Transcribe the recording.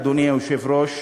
אדוני היושב-ראש.